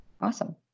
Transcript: Awesome